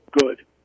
good